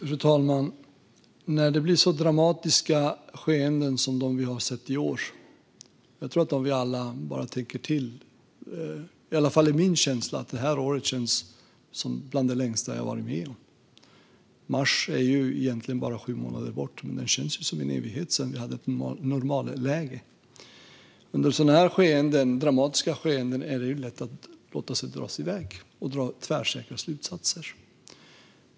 Fru talman! Det här året känns som ett av de längsta jag har varit med om - mars är egentligen bara sju månader bort, men det känns som en evighet sedan vi hade ett normalläge. Under sådana här dramatiska skeenden är det lätt att låta sig dras iväg och dra tvärsäkra slutsatser.